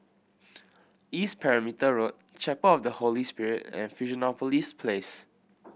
East Perimeter Road Chapel of the Holy Spirit and Fusionopolis Place